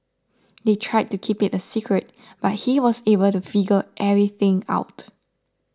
they tried to keep it a secret but he was able to figure everything out